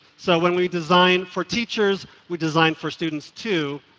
so when we design for teachers, we design for students too.